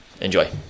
enjoy